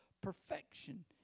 perfection